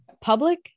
public